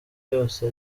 yose